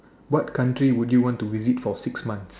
what country would you want to visit for six months